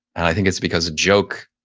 i think it's because a joke,